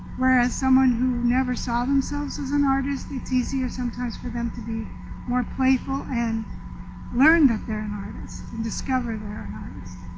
whereas someone who never saw themselves as an artist, it's easier sometimes for them to be more playful and learn that they're an artist and discover they're an artist.